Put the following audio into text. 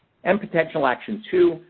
and potential action two,